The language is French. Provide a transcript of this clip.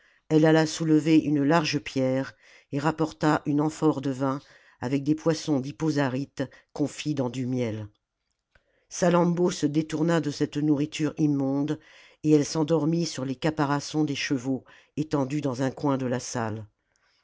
elle alla soulever une large pierre et rapporta une amphore de vin avec des poissons dhippo zaryte confits dans du miel salammbô se détourna de cette nourriture immonde et elle s'endormit sur les caparaçons des chevaux étendus dans un coin de la salle